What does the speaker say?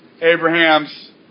Abraham's